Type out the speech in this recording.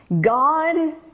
God